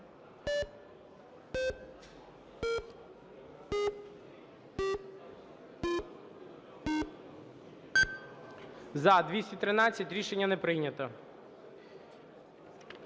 За-104 Рішення не прийнято.